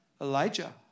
Elijah